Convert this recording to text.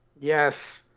Yes